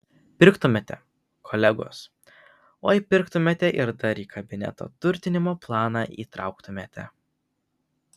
pirktumėte kolegos oi pirktumėte ir dar į kabineto turtinimo planą įtrauktumėte